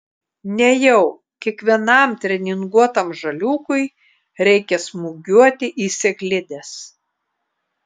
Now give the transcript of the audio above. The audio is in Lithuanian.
nejau kiekvienam treninguotam žaliūkui reikia smūgiuoti į sėklides